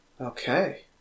Okay